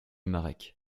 marek